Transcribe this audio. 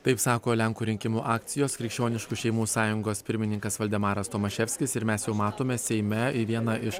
taip sako lenkų rinkimų akcijos krikščioniškų šeimų sąjungos pirmininkas valdemaras tomaševskis ir mes jau matome seime į vieną iš